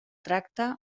tracte